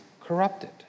corrupted